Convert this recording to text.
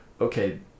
okay